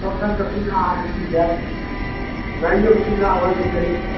सबरङ्गके सुविधा अहाँके मिलि जाएत रहैऔके सुविधा भऽ जेतै